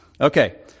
Okay